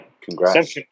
Congrats